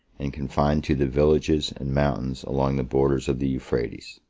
and confined to the villages and mountains along the borders of the euphrates.